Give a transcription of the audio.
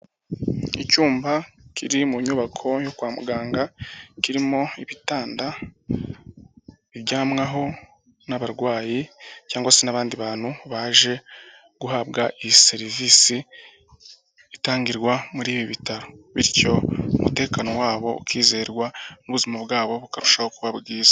Icyumba kiri mu nyubako yo kwa muganga kirimo ibitanda biryamwaho n'abarwayi cyangwa se n'abandi bantu baje guhabwa iyi serivisi itangirwa muri ibi bitaro, bityo umutekano wabo ukizerwa n'ubuzima bwabo bukarushaho kuba bwiza.